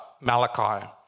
Malachi